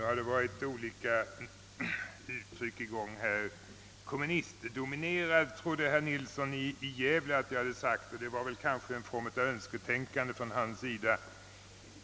Herr talman! Olika uttryck har lagts i min mun. »Kommunistdominerad», trodde herr Nilsson i Gävle att jag hade sagt — det var kanske en form av önsketänkande.